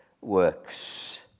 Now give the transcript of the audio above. works